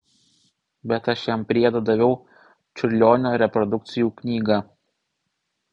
bet aš jam priedo daviau čiurlionio reprodukcijų knygą